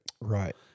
right